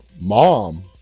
Mom